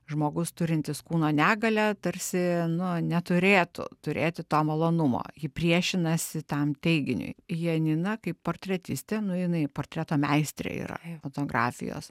žmogus turintis kūno negalią tarsi nu neturėtų turėti to malonumo ji priešinasi tam teiginiui janina kaip portretistė nu jinai ji portreto meistrė yra fotografijos